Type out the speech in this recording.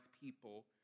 people